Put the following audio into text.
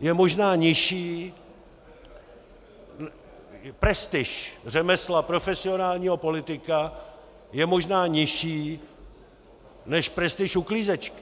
je možná nižší prestiž řemesla profesionálního politika je možná nižší než prestiž uklízečky.